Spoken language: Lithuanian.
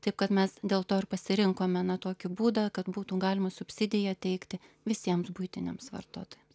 taip kad mes dėl to ir pasirinkome na tokį būdą kad būtų galima subsidiją teikti visiems buitiniams vartotojams